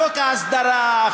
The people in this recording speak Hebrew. חוק ההסדרה,